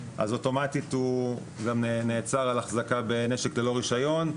אז אוטומטית הוא גם נעצר על אחזקת נשק ללא רישיון,